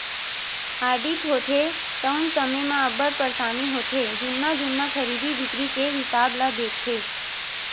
audit होथे तउन समे म अब्बड़ परसानी होथे जुन्ना जुन्ना खरीदी बिक्री के हिसाब ल देखथे